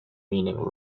meaning